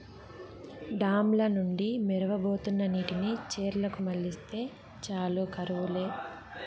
dam ల నుండి మొరవబోతున్న నీటిని చెర్లకు మల్లిస్తే చాలు కరువు లే